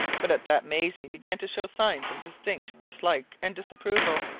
but at that maisie began to show signs of distinct dislike and disapproval.